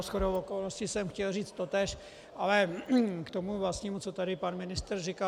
Shodou okolností jsem chtěl říct totéž, ale k tomu vlastnímu, co tady pan ministr říkal.